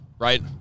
right